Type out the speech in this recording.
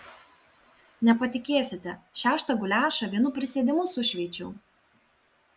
nepatikėsite šeštą guliašą vienu prisėdimu sušveičiau